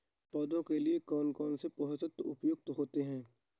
पौधे के लिए कौन कौन से पोषक तत्व उपयुक्त होते हैं?